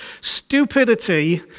Stupidity